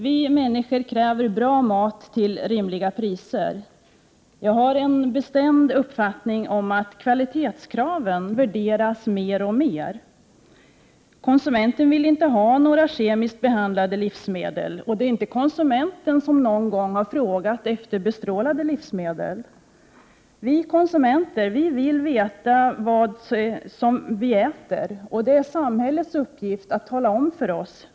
Vi människor kräver bra mat till rimliga priser. Jag har den bestämda uppfattningen att kvalitetskraven värderas alltmer. Konsumenten vill inte ha kemiskt behandlade livsmedel. Dessutom frågar konsumenten aldrig efter bestrålade livsmedel. Vi konsumenter vill veta vad det är som vi äter. Det är samhällets uppgift att tala om det för oss.